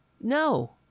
no